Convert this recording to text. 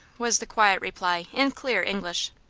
was the quiet reply, in clear english.